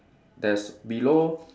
there's below